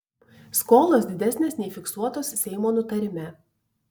skolos didesnės nei fiksuotos seimo nutarime